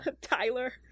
Tyler